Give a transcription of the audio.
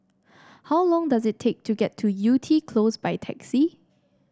how long does it take to get to Yew Tee Close by taxi